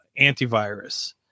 antivirus